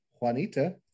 Juanita